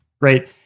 Right